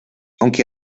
aunque